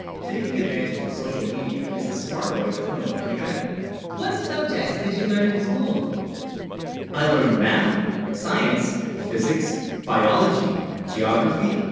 taking advantage of social media is a smart way to promote an event what subjects, did you learn in school i learned math science physics biology geography,